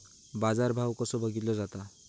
बाजार भाव कसो बघीतलो जाता?